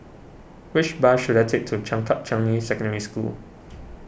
which bus should I take to Changkat Changi Secondary School